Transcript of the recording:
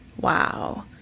Wow